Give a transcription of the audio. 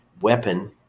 weapon